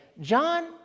John